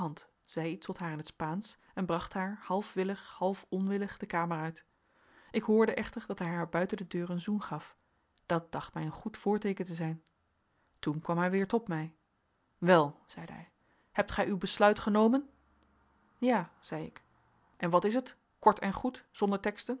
tot haar in t spaansch en bracht haar half willig half onwillig de kamer uit ik hoorde echter dat hij haar buiten de deur een zoen gaf dat dacht mij een goed voorteeken te zijn toen kwam hij weer tot mij wel zeide hij hebt gij uw besluit genomen ja zei ik en wat is het kort en goed zonder teksten